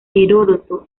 heródoto